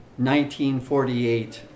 1948